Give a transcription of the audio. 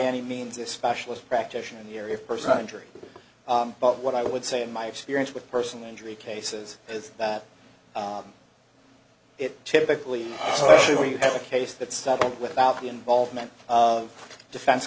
any means a specialist practitioner in the area of personal injury but what i would say in my experience with personal injury cases is that it typically when you have a case that settled without the involvement of defense